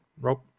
Rob